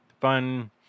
fun